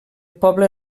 poble